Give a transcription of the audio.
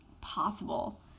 possible